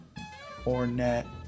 Ornette